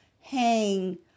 hang